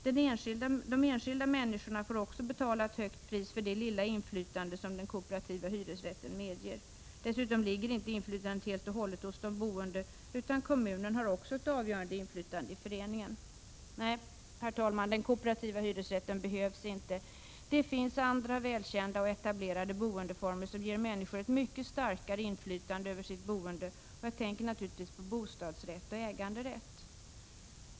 De enskilda människorna får också betala ett högt pris för det lilla inflytande som den kooperativa hyresrätten medger. Dessutom ligger inte inflytandet helt och hållet hos de boende, utan kommunen har också ett avgörande inflytande i föreningen. Nej, den kooperativa hyresrätten behövs inte. Det finns andra välkända och etablerade boendeformer som ger människor ett mycket starkare inflytande över sitt boende. Och jag tänker naturligtvis på bostadsrätt och äganderätt.